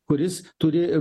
kuris turi